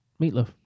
meatloaf